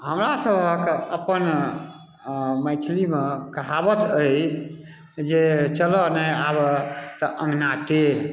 हमरा सभक अपन अऽ मैथिलीमे कहावत अइ जे चलऽ ने आबय तऽ अङ्गना टेढ़